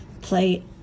play